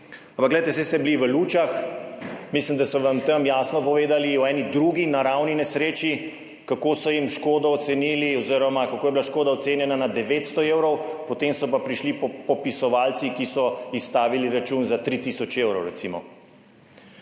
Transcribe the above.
ampak glejte, saj ste bili v Lučah, mislim da so vam tam jasno povedali o eni drugi naravni nesreči, kako so jim škodo ocenili oziroma kako je bila škoda ocenjena na 900 evrov, potem so pa prišli popisovalci, ki so izstavili račun za 3 tisoč evrov, recimo.